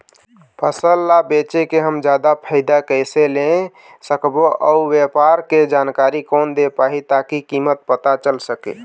फसल ला बेचे के हम जादा फायदा कैसे ले सकबो अउ व्यापार के जानकारी कोन दे पाही ताकि कीमत पता चल सके?